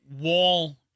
Wall